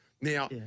Now